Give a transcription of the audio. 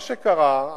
מה שקרה,